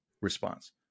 response